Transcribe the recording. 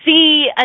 See